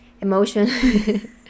emotion